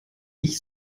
ich